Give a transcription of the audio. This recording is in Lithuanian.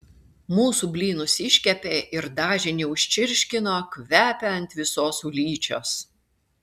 mūsų blynus iškepė ir dažinį užčirškino kvepia ant visos ulyčios